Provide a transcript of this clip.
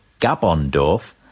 Gabondorf